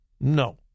No